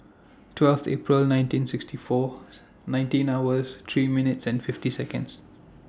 twelve April nineteen sixty four nineteen hours three minutes fifty Seconds